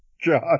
josh